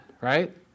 right